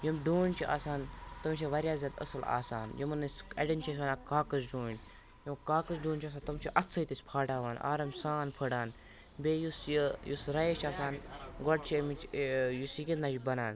یِم ڈوٗنۍ چھِ آسان تِم چھِ واریاہ زیادٕ اصٕل آسان یِمَن أسۍ اَڑیٚن چھِ أسۍ وَنان کاغذ ڈوٗنۍ یِم کاغذ ڈوٗنۍ چھِ آسان تِم چھِ اَتھہِ سۭتۍ أسۍ پھاٹاوان آرام سان پھٕڈان بیٚیہِ یُس یہِ یُس رَایِس چھُ آسان گۄڈٕ چھِ اَمِچ ٲں یُس یہِ کِتھ کٔنۍ چھِ بَنان